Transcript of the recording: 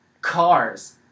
Cars